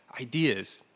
ideas